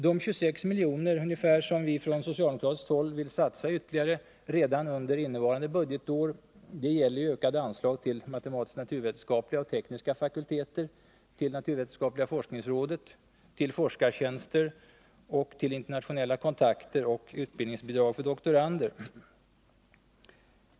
De ca 26 milj.kr. som vi från socialdemokratiskt håll här vill satsa ytterligare redan under innevarande budgetår gäller ökade anslag till matematisk-naturvetenskapliga och tekniska fakulteter, naturvetenskapliga forskningsrådet, forskartjänster, internationella kontakter och utbildningsbidrag till doktorander.